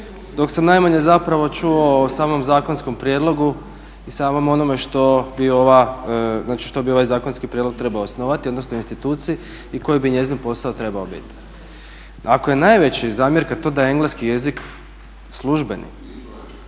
dok se najmanje čulo o samom zakonskom prijedlogu i samom onome što bi ovaj zakonski prijedlog trebao osnovati odnosno instituciji i koji bi njezin posao trebao biti. Ako je najveća zamjerka to da je engleski jezik službeni